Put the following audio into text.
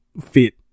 fit